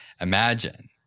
Imagine